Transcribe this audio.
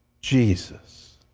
jesus,